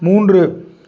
மூன்று